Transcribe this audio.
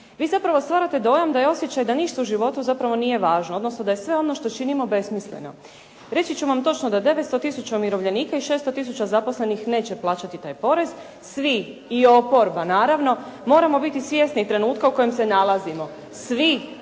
Vi zapravo stvarate dojam da je osjećaj da ništa u životu zapravo nije važno, odnosno da je sve ono što činimo besmisleno. Reći ću vam točno, da 900 tisuća umirovljenika i 600 tisuća zaposlenih neće plaćati taj porez, svi, i oporba naravno moramo biti svjesni trenutka u kojem se nalazimo. Svi,